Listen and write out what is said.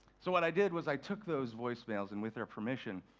so what i did was i took those voicemails, and with their permission,